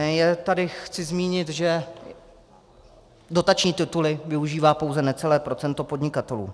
Já tady chci zmínit, že dotační tituly využívá pouze necelé procento podnikatelů.